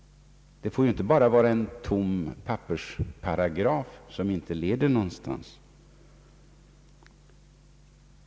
Det får inte bara vara en tom pappersparagraf som inte leder någonstans.